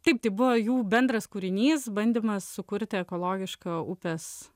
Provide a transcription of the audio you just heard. taip tai buvo jų bendras kūrinys bandymas sukurti ekologišką upės